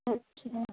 আচ্ছা